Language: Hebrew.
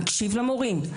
נקשיב למורים,